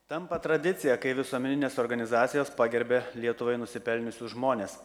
tampa tradicija kai visuomeninės organizacijos pagerbia lietuvoje nusipelniusius žmones